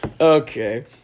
Okay